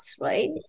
right